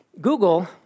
Google